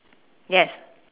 yes